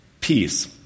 peace